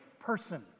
person